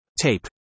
Tape